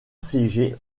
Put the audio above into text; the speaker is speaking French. siégé